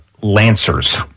Lancers